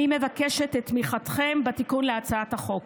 אני מבקשת את תמיכתכם בתיקון להצעת החוק.